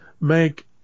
make